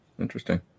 Interesting